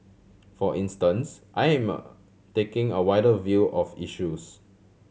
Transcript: for instance I am a taking a wider view of issues